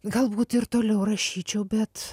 galbūt ir toliau rašyčiau bet